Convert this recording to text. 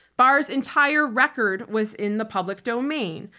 barr's entire record was in the public domain.